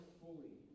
fully